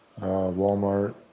Walmart